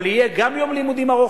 אבל יהיה גם יום לימודים ארוך,